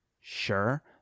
sure